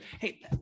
Hey